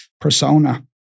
persona